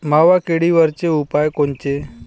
मावा किडीवरचे उपाव कोनचे?